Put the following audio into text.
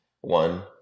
One